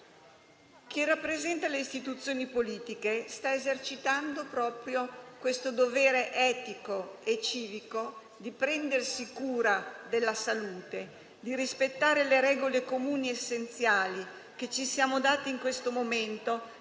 A tale proposito non possiamo tacere il nostro dovere di gratitudine nei confronti delle tantissime persone che hanno fronteggiato e stanno ancora fronteggiando il Covid, a partire dal nostro straordinario personale sanitario